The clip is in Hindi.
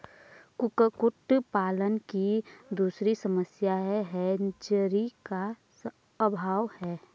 कुक्कुट पालन की दूसरी समस्या हैचरी का अभाव है